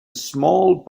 small